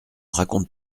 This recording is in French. raconte